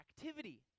activity